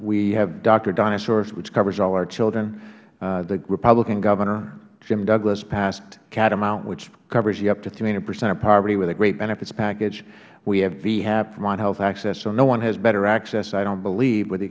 we have doctor dynasaur which covers all our children the republican governor jim douglas passed catamount which covers you up to three hundred percent of poverty with a great benefits package we have vhap vermont health access so no one has better access i dont believe with the